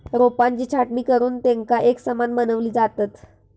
रोपांची छाटणी करुन तेंका एकसमान बनवली जातत